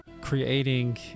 creating